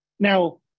Now